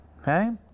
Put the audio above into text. Okay